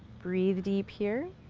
breathe deep here.